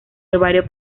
herbario